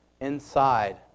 inside